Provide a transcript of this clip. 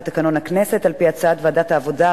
על-פי הצעת ועדת העבודה,